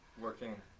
Working